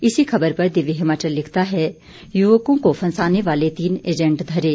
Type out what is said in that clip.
इसी खबर पर दिव्य हिमाचल लिखता है युवकों को फंसाने वाले तीन एजेंट धरे